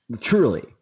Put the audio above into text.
Truly